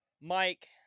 Mike